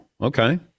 okay